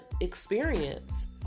experience